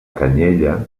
canyella